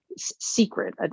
secret